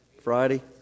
Friday